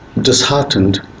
disheartened